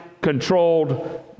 controlled